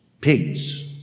pigs